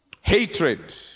hatred